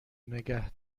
نگه